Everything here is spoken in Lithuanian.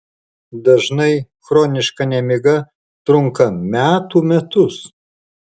dažnai chroniška nemiga trunka metų metus